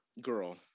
girl